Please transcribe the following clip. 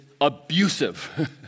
abusive